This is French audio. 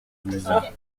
douze